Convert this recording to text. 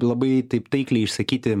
labai taip taikliai išsakyti